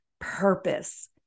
purpose